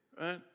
right